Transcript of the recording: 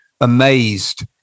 amazed